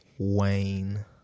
Wayne